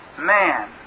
man